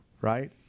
right